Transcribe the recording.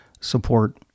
support